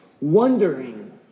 Wondering